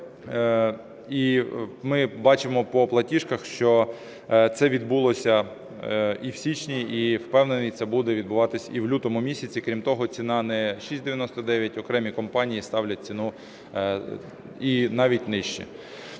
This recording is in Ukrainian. і ми бачимо по платіжках, що це відбулося і в січні, і, впевнений, це буде відбуватися і в лютому місяці. Крім того, ціна не 6,99, окремі компанії ставлять ціну навіть нижче.